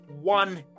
one